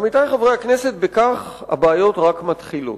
עמיתי חברי הכנסת, בכך הבעיות רק מתחילות.